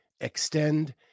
Extend